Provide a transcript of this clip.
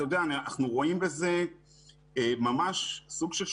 אנחנו רואים בזה ממש סוג של שליחות,